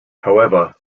however